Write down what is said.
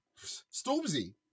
Stormzy